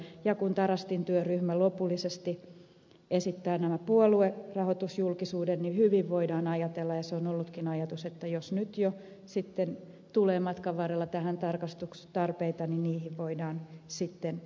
ja kun tarastin työryhmä lopullisesti esittää tämän puoluerahoitusjulkisuuden niin hyvin voidaan ajatella ja se on ollutkin ajatus että jos jo nyt tulee matkan varrella tähän tarkastukseen tarpeita niin niihin voidaan sitten palata